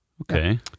Okay